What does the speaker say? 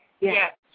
yes